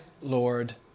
Lord